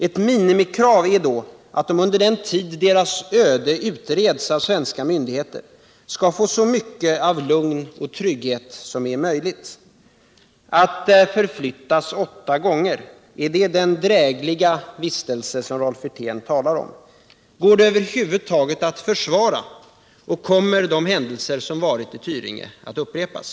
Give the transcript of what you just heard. Ett minimikrav är då att de under den tid deras öde utreds av svenska myndigheter skall få så mycket av lugn och trygghet som möjligt. Att förflyttas åtta gånger, är det den drägliga vistelse som Rolf Wirtén talar om? Går det förfarandet över huvud taget att försvara? Kommer de händelser som inträffat i Tyringe att upprepas?